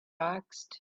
asked